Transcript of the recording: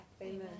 Amen